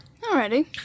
Alrighty